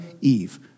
Eve